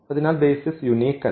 അതിനാൽ basis unique അല്ല